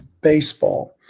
baseball